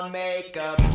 makeup